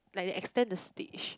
like they extend the stage